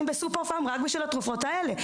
בסופר פארם רק בשביל התרופות האלה.